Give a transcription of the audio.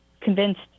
convinced